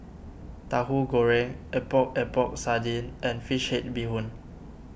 Tahu Goreng Epok Epok Sardin and Fish Head Bee Hoon